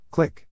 Click